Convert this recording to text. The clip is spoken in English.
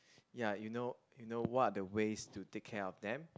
ya you know you know what are the ways to take care of them